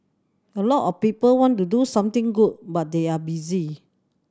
a lot of people want to do something good but they are busy